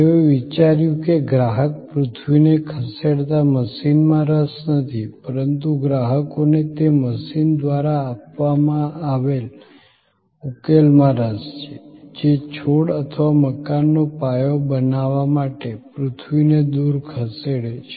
તેઓએ વિચાર્યું કે ગ્રાહક પૃથ્વીને ખસેડતા મશીનમાં રસ નથી પરંતુ ગ્રાહકને તે મશીન દ્વારા આપવામાં આવેલ ઉકેલમાં રસ છે જે છોડ અથવા મકાનનો પાયો બનાવવા માટે પૃથ્વીને દૂર ખસેડે છે